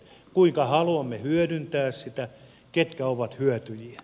kuinka haluamme hyödyntää sitä ja ketkä ovat hyötyjiä